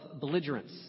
belligerence